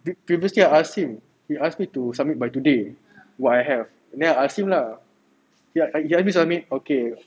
pre~ previously I ask him you ask me to submit by today what I have now ask him lah ya you want me submit okay